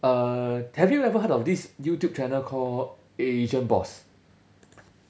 uh have you ever heard of this youtube channel called asian boss